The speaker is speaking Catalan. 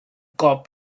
cop